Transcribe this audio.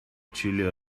chile